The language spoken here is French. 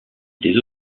les